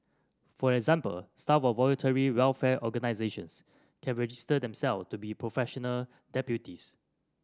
for example staff of voluntary welfare organisations can register themselves to be professional deputies